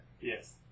Yes